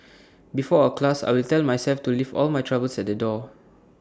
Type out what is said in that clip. before A class I will tell myself to leave all my troubles at the door